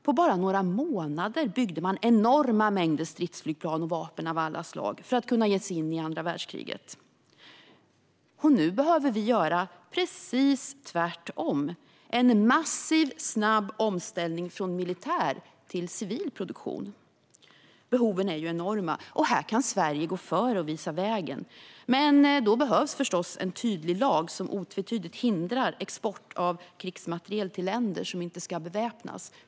På bara några månader byggde man enorma mängder stridsflygplan och vapen av alla slag för att kunna ge sig in i andra världskriget. Nu behöver vi göra precis tvärtom och genomföra en massiv och snabb omställning från militär till civil produktion. Behoven är ju enorma. Här kan Sverige gå före och visa vägen. Men då behövs förstås en tydlig lag som otvetydigt hindrar export av krigsmateriel till länder som inte ska beväpnas.